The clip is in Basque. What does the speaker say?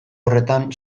horretan